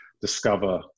discover